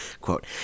Quote